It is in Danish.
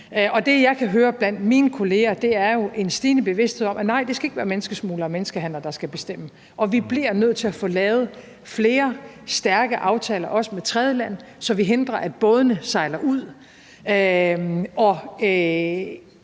Det, jeg kan høre blandt mine kolleger, er jo en stigende bevidsthed om, at nej, det skal ikke være menneskesmuglere og menneskehandlere, der skal bestemme. Og vi bliver nødt til at få lavet flere stærke aftaler, også med tredjelande, så vi hindrer, at bådene sejler ud,